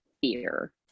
fear